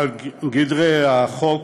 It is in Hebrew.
גדרי החוק,